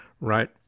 right